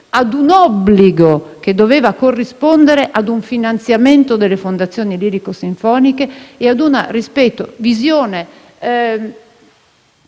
ad un obbligo che doveva corrispondere ad un finanziamento delle fondazioni lirico-sinfoniche e ad una visione